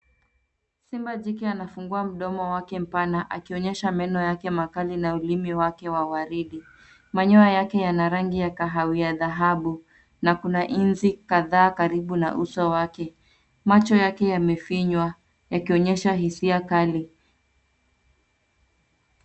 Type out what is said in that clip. Simba jike anafungua mdomo wake mpana akionyesha meno yake makali na ulimi wake wa waridi. Manyoa yake yana rangi ya kahawia dhahabu na kuna inzi kadhaa karibu na uso wake. Macho yake yamefinywa yakionyesha hisia kali.